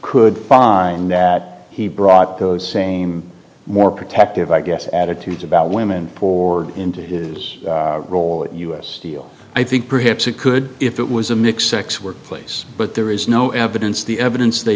could find that he brought those same more protective i guess attitudes about women who are into his role at u s steel i think perhaps it could if it was a mixed sex workplace but there is no evidence the evidence they